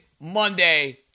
Monday